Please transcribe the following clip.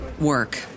work